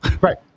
Right